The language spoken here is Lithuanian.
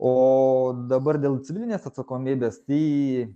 o dabar dėl civilinės atsakomybės tai